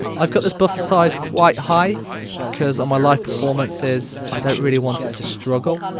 i've got this buffer size quite high because on my live performances i don't really want it to struggle.